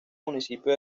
municipio